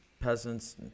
peasants